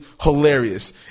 hilarious